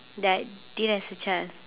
that I did as a child